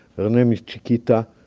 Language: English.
her name is chiquita.